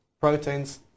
proteins